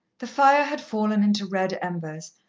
the fire had fallen into red embers,